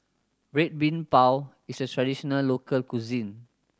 Red Bean Bao is a traditional local cuisine